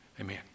amen